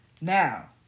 now